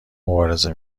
مبارزه